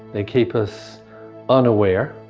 they keep us unaware.